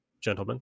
gentlemen